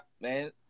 man